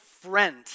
friend